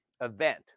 event